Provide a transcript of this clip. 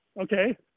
okay